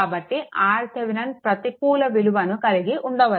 కాబట్టి RThevenin ప్రతికూల విలువను కలిగి ఉండవచ్చు